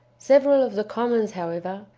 several of the commons, however,